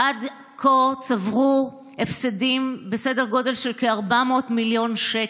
עד כה הם צברו הפסדים בסדר גודל של כ-400 מיליון שקל.